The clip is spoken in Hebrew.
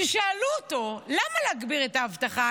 כששאלו אותו: למה להגביר את האבטחה?